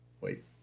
wait